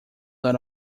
not